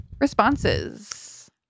responses